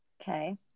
Okay